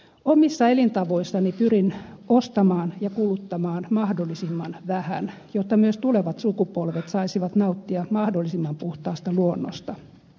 omissa elintavoissani pyrin ostamaan ja kuluttamaan mahdollisimman vähän jotta myös tulevat sukupolvet saisivat nauttia mahdollisimman puhtaasta luonnosta